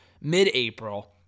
mid-April